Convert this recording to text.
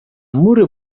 mury